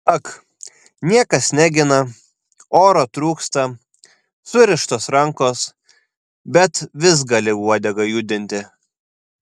ak niekas negina oro trūksta surištos rankos bet vis gali uodegą judinti